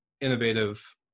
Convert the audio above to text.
innovative